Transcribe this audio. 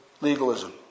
legalism